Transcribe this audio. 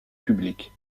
public